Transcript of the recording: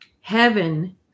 Heaven